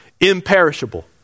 imperishable